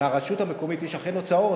לרשות המקומית יש אכן הוצאות,